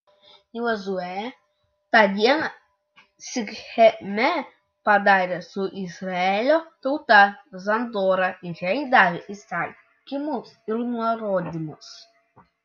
jozuė tą dieną sicheme padarė su izraelio tauta sandorą ir jai davė įsakymus ir nurodymus